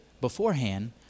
beforehand